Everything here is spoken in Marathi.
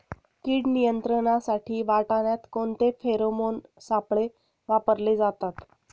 कीड नियंत्रणासाठी वाटाण्यात कोणते फेरोमोन सापळे वापरले जातात?